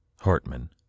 Hartman